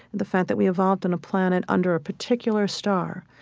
the fact that we evolved on a planet under a particular star.